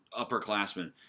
upperclassmen